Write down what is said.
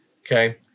Okay